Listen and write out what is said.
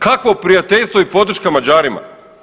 Kakvo prijateljstvo i podrška Mađarima?